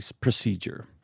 procedure